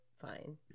fine